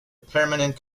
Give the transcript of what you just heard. permanent